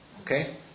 Okay